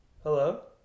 Hello